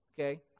okay